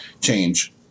change